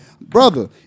brother